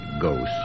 ghost